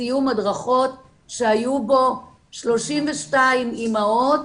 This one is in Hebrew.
סיום הדרכות שהיו בו 32 אימהות,